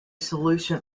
solution